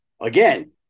again